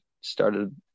started